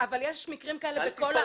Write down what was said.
אבל יש מקרים כאלה בכל הארץ.